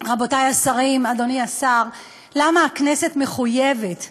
רבותי השרים, אדוני השר, על למה הכנסת מחויבת.